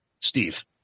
Steve